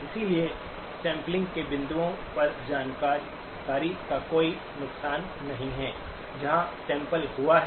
इसलिए सैंपलिंग के बिंदुओं पर जानकारी का कोई नुकसान नहीं है जहां सैंपल हुआ है